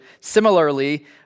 similarly